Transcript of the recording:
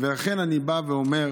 ולכן אני בא ואומר: